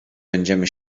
będziemy